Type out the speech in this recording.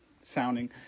sounding